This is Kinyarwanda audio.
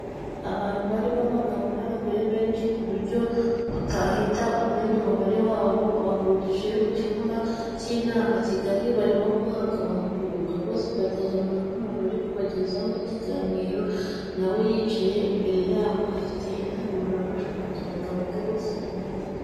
Abantu barimo abagabo n'abagore bensi ku buryo utahita umenya umubare wabo, bahurijwe mu cyumba cy'inama kigari barimo guhabwa amahugurwa, bose bateze amatwi umuntu uri kubagezaho ikiganiro na we yicaye imbere yabo afite indangururamajwi kugira ngo avuge bose bumve.